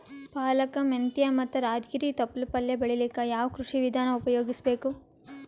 ಪಾಲಕ, ಮೆಂತ್ಯ ಮತ್ತ ರಾಜಗಿರಿ ತೊಪ್ಲ ಪಲ್ಯ ಬೆಳಿಲಿಕ ಯಾವ ಕೃಷಿ ವಿಧಾನ ಉಪಯೋಗಿಸಿ ಬೇಕು?